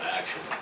action